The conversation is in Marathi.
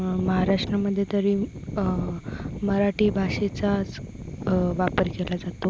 महाराष्ट्रामध्ये तरी मराठी भाषेचाच वापर केला जातो